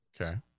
Okay